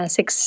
Six